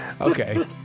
Okay